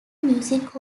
music